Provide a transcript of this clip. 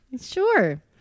sure